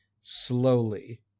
slowly